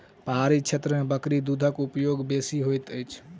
पहाड़ी क्षेत्र में बकरी दूधक उपयोग बेसी होइत अछि